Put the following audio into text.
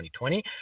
2020